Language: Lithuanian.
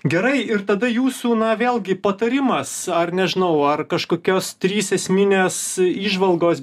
gerai ir tada jūsų na vėlgi patarimas ar nežinau ar kažkokios trys esminės įžvalgos